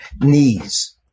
knees